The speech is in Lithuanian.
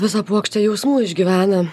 visą puokštę jausmų išgyvena